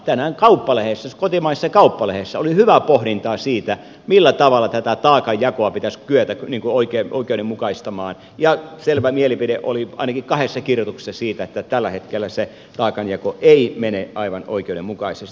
tänään kauppalehdessä siis kotimaisessa kauppalehdessä oli hyvää pohdintaa siitä millä tavalla tätä taakanjakoa pitäisi kyetä oikeudenmukaistamaan ja selvä mielipide oli ainakin kahdessa kirjoituksessa että tällä hetkellä se taakanjako ei mene aivan oikeudenmukaisesti